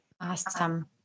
Awesome